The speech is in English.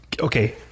okay